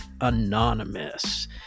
Anonymous